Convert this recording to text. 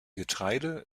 getreide